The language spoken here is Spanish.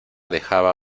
dejaba